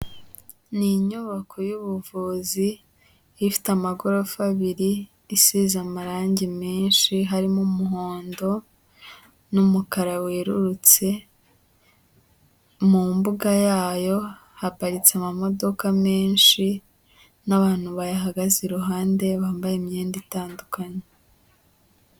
Ni inyubako y'ubuvuzi, ifite amagorofa abiri, isize amarangi menshi harimo umuhondo, n'umukara werurutse, mu mbuga yayo haparitse amamodoka menshi, n'abantu bayahagaze iruhande bambaye imyenda itandukanye.